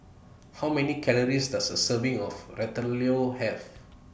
How Many Calories Does A Serving of Ratatouille Have